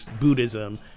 Buddhism